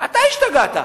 אתה השתגעת,